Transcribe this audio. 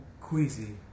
Queasy